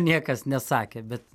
niekas nesakė bet